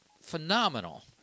phenomenal